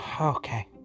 okay